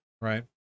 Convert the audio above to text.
right